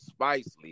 Spicely